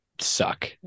suck